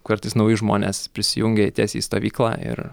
kartais nauji žmonės prisijungia tiesiai į stovyklą ir